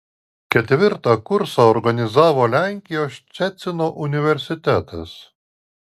ketvirtą kursą organizavo lenkijos ščecino universitetas